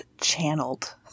channeled